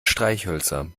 streichhölzer